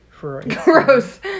gross